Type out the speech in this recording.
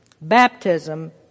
baptism